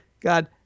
God